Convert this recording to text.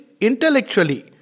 intellectually